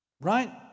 Right